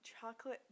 chocolate